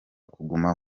kuguma